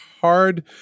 hard